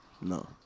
No